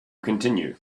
continue